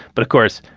but of course,